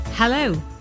Hello